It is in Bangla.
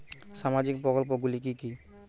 সামাজিক প্রকল্প গুলি কি কি?